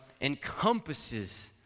encompasses